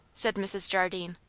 said mrs. jardine.